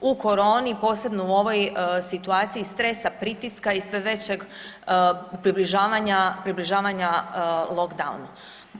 u koroni, posebno u ovoj situaciji stresa, pritiska i sve većeg približavanja, približavanja lockdownu.